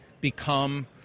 become